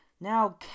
now